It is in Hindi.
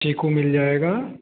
चीकू मिल जाएगा